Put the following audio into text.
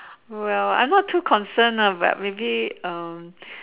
well I'm not too concerned ah but maybe um